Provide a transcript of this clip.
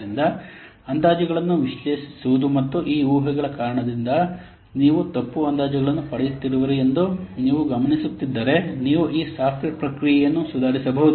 ಆದ್ದರಿಂದ ಅಂದಾಜುಗಳನ್ನು ವಿಶ್ಲೇಷಿಸುವುದು ಮತ್ತು ಈ ಊಹೆಗಳ ಕಾರಣದಿಂದಾಗಿ ನೀವು ತಪ್ಪು ಅಂದಾಜುಗಳನ್ನು ಪಡೆಯುತ್ತಿರುವಿರಿ ಎಂದು ನೀವು ಗಮನಿಸುತ್ತಿದ್ದರೆ ನೀವು ಈ ಸಾಫ್ಟ್ವೇರ್ ಪ್ರಕ್ರಿಯೆಯನ್ನು ಸುಧಾರಿಸಬಹುದು